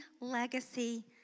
legacy